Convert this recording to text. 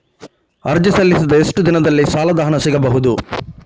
ಅರ್ಜಿ ಸಲ್ಲಿಸಿದ ಎಷ್ಟು ದಿನದಲ್ಲಿ ಸಾಲದ ಹಣ ಸಿಗಬಹುದು?